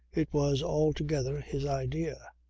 it was altogether his idea.